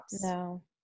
No